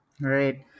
right